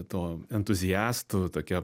to entuziastų tokia